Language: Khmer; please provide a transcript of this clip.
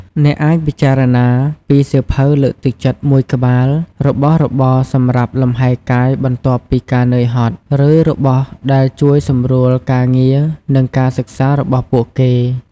អ្នកអាចពិចារណាពីសៀវភៅលើកទឹកចិត្តមួយក្បាល របស់របរសម្រាប់លំហែកាយបន្ទាប់ពីការនឿយហត់ ឬ របស់ដែលជួយសម្រួលការងារ និងការសិក្សា របស់ពួកគេ។